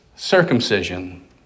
circumcision